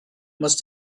must